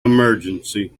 emergency